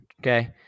okay